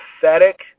pathetic